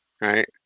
right